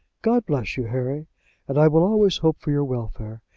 god bless you, harry and i will always hope for your welfare,